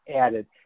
added